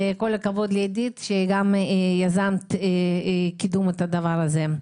וכל הכבוד לעידית שיזמה את קידום הדבר הזה.